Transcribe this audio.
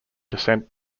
descent